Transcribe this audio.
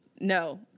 no